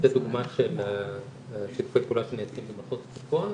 זו דוגמה של שיתופי פעולה שנעשים במחוז צפון.